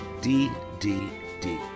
ddd